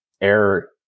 air